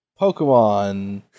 Pokemon